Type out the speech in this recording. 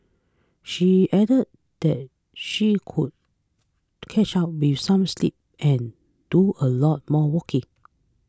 she added that she could catch up with some sleep and do a lot more walking